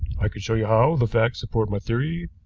i can show you how the facts support my theory,